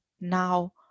now